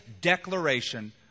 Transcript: declaration